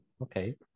Okay